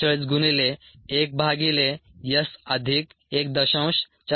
348 गुणिले 1 भागिले s अधिक 1